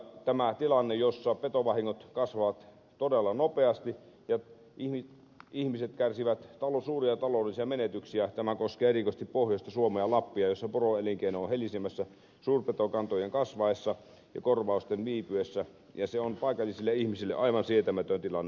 tämä tilanne jossa petovahingot kasvavat todella nopeasti ja ihmiset kärsivät suuria taloudellisia menetyksiä koskee erikoisesti pohjoista suomea lappia missä poroelinkeino on helisemässä suurpetokantojen kasvaessa ja korvausten viipyessä ja se on paikallisille ihmisille aivan sietämätön tilanne